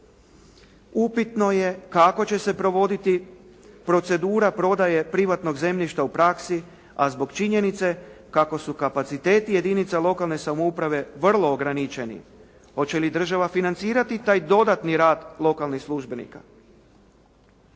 Upitno je kako će se provoditi procedura prodaje privatnog zemljišta u praksi a zbog činjenice kako su kapaciteti jedinica lokalne samouprave vrlo ograničeni. Hoće li država financirati taj dodatni rad lokalnih službenika?